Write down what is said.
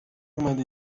اومدی